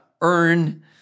earn